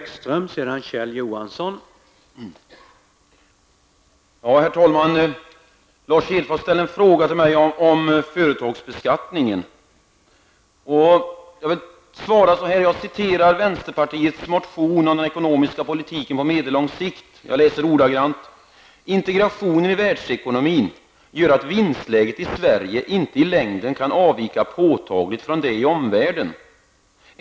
Herr talman! Lars Hedfors ställde en fråga till mig om företagsbeskattningen. Jag vill svara genom att citera vänsterpartiets motion om den ekonomiska politiken på medellång sikt: ''Integrationen i världsekonomin gör att vinstläget i Sverige inte i längden kan avvika påtagligt från det i omvärlden.